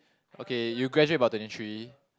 okay you graduate about twenty three